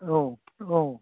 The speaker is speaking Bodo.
औ औ